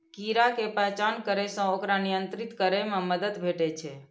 कीड़ा के पहचान करै सं ओकरा नियंत्रित करै मे मदति भेटै छै